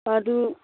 ꯑꯗꯨ